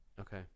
Okay